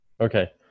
Okay